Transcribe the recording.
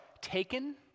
taken